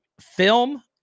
Film –